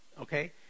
okay